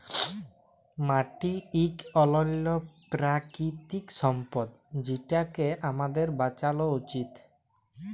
মাটি ইক অলল্য পেরাকিতিক সম্পদ যেটকে আমাদের বাঁচালো উচিত